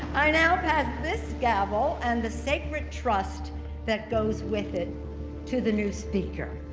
i now pass this gavel and the sacred trust that goes with it to the new speaker.